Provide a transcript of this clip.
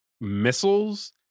missiles